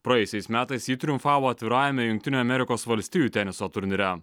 praėjusiais metais ji triumfavo atvirajame jungtinių amerikos valstijų teniso turnyre